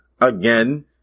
again